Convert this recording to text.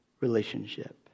relationship